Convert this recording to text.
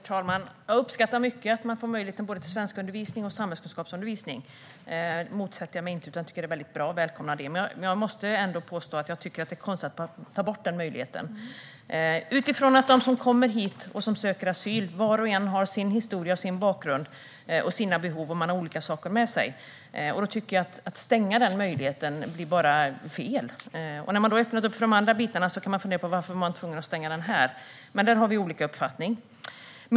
Herr talman! Jag uppskattar mycket att människor får möjlighet till undervisning i både svenska och samhällskunskap. Det motsätter jag mig inte, utan jag tycker att det är mycket bra och välkomnar det. Men jag måste ändå säga att jag tycker att det är konstigt att man tar bort möjligheten till praktik. Utifrån att var och en av dem som kommer hit och söker asyl har sin historia, sin bakgrund, sina behov och olika saker med sig tycker jag att det är fel att stänga denna möjlighet. När man har öppnat upp för andra delar undrar jag varför man var tvungen att stänga denna. Men där har vi olika uppfattningar.